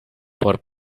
por